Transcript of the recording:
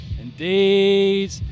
Indeed